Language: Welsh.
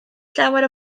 llawer